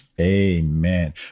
Amen